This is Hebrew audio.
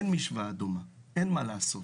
אין משוואה דומה, אין מה לעשות.